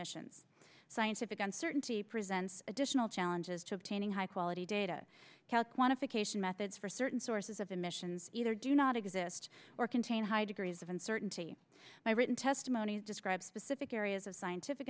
emissions scientific uncertainty presents additional challenges to obtaining high quality data tell quantification methods for certain sources of emissions either do not exist or contain high degrees of uncertainty by written testimonies describe specific areas of scientific